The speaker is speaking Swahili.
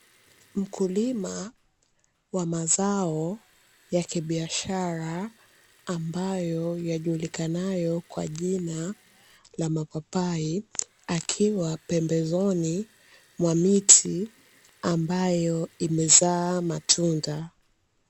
Mkulima wa mazao yakibiashara ambayo yajulikanayo kwa jina la mapapai, akiwa pembezoni mwa miti ambayo imezaa matunda.